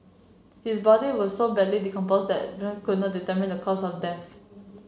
his body was so badly decomposed that could not determine the cause of death